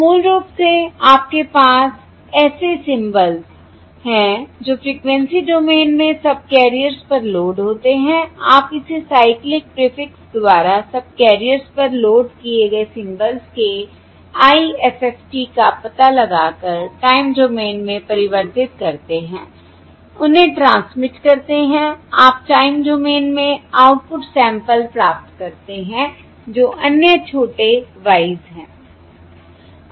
मूल रूप से आपके पास ऐसे सिंबल्स हैं जो फ़्रीक्वेंसी डोमेन में सबकैरियर्स पर लोड होते हैं आप इसे साइकल प्रीफिक्स द्वारा सबकैरियर्स पर लोड किए गए सिंबल्स के IFFT का पता लगाकर टाइम डोमेन में परिवर्तित करते हैं उन्हें ट्रांसमिट करते हैं आप टाइम डोमेन में आउटपुट सैंपल प्राप्त करते हैं जो अन्य छोटे y s हैं